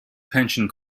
pension